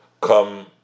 come